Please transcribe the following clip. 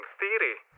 theory